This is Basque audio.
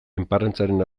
enparantzaren